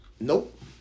Nope